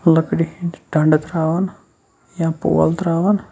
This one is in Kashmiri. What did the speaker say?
لٔکرِ ہِندۍ ڈَنڈٕ تراوان یا پول تراوان